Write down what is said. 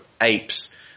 apes